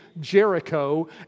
Jericho